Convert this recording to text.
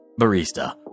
Barista